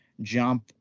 jump